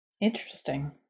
Interesting